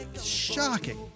Shocking